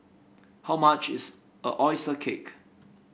how much is oyster cake